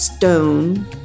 stone